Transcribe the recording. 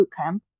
bootcamp